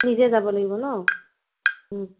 নিজে যাব লাগিব ন